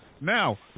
now